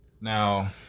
Now